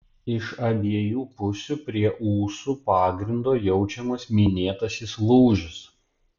iš abiejų pusių prie ūsų pagrindo jaučiamas minėtasis lūžis